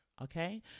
okay